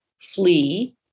flee